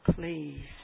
please